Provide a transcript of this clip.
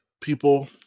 people